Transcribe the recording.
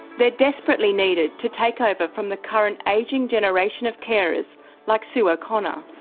they're desperately needed to take over from the current, aging generation of carers, like sue o'connor.